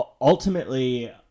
ultimately